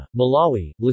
Malawi